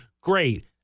Great